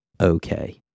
okay